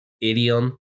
idiom